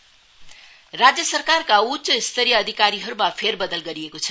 transfer राज्य सरकारका उच्च स्तरीय अधिकारीहरूमा फेरबदल गरिएको छ